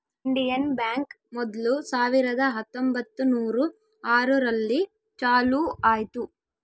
Indian Bank ಮೊದ್ಲು ಸಾವಿರದ ಹತ್ತೊಂಬತ್ತುನೂರು ಆರು ರಲ್ಲಿ ಚಾಲೂ ಆಯ್ತು